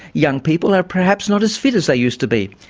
young people are perhaps not as fit as they used to be.